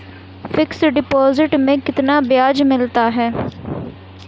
Fix deposit में कितना ब्याज मिलता है?